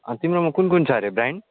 तिम्रोमा कुन कुन छ अरे ब्रान्ड